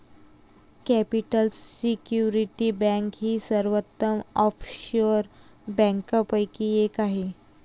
capital security bank ही सर्वोत्तम offshore बँकांपैकी एक आहे